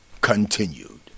continued